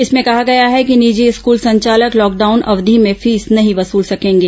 इसमें कहा गया है कि निजी स्कूल संचालक लॉकडाउन अवधि में फीस नहीं वसूल सकेंगे